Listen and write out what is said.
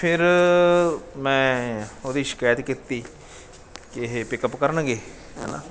ਫਿਰ ਮੈਂ ਉਹਦੀ ਸ਼ਿਕਾਇਤ ਕੀਤੀ ਕਿ ਇਹ ਪਿਕਅੱਪ ਕਰਨਗੇ ਹੈ ਨਾ